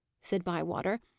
said bywater.